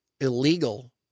illegal